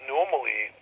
Normally